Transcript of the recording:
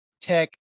Tech